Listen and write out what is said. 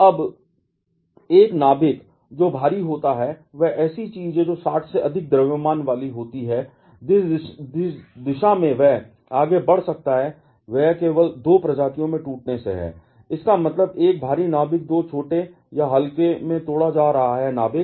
अब एक नाभिक जो भारी होता है वह ऐसी चीज है जो 60 से अधिक द्रव्यमान वाली होती है जिस दिशा में वह आगे बढ़ सकता है वह केवल 2 प्रजातियों में टूटने से है इसका मतलब है 1 भारी नाभिक 2 छोटे या हल्के में तोड़ा जा रहा है नाभिक